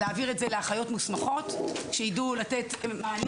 להעביר את זה לאחיות מוסמכות שידעו לתת מענה